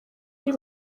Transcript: ari